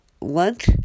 lunch